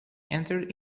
entered